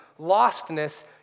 lostness